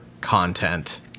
content